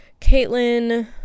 Caitlyn